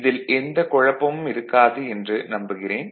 இதில் எந்த குழப்பமும் இருக்காது என்று நம்புகிறேன்